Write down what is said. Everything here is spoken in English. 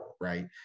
right